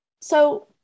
So-